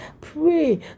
pray